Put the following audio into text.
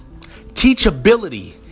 Teachability